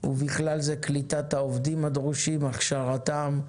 ובכלל זה קליטת העובדים הדרושים, והכשרתם.